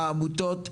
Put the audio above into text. העמותות,